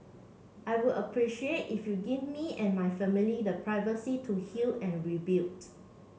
I would appreciate if you give me and my family the privacy to heal and rebuild